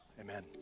amen